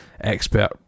expert